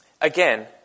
Again